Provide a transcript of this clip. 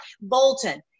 Bolton